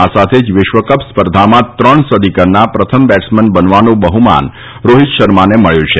આ સાથે જ વિશ્વકપ સ્પર્ધામાં ત્રણ સદી કરનાર પ્રથમ બેટ્સમેન બનવાનું બહ્માન રોહિત શર્માને મળ્યું છે